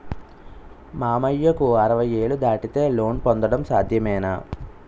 మామయ్యకు అరవై ఏళ్లు దాటితే లోన్ పొందడం సాధ్యమేనా?